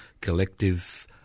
collective